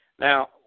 Now